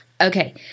Okay